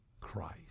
Christ